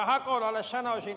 hautalalle sanoisin